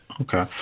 Okay